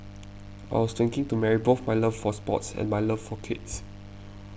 I was thinking to marry both my love for sports and my love for kids